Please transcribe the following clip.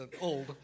old